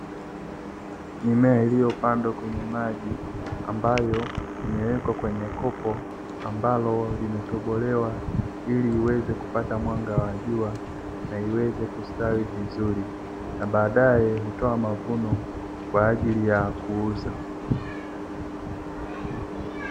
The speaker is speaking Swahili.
Mimea iliyopandwa kwenye maji, ambayo imewekwa kwenye kopo ambalo limetobolewa ili iweze kupata mwanga wa jua, na iweze kustawi vizuri, na baadae kutoa mavuno kwa ajili ya kuuza.